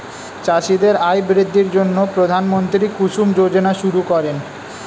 চাষীদের আয় বৃদ্ধির জন্য প্রধানমন্ত্রী কুসুম যোজনা শুরু করেন